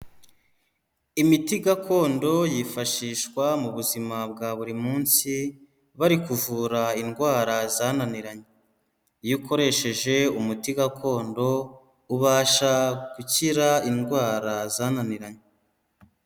Imiti gakondo yifashishwa mu buzima bwa buri munsi bari kuvura indwara zananiranye, iyo ukoresheje umuti gakondo, ubasha gukira indwara zananiranye.